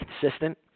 consistent